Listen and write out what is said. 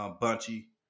Bunchy